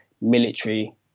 military